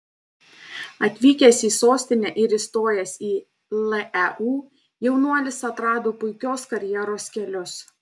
atvykęs į sostinę ir įstojęs į leu jaunuolis atrado puikios karjeros kelius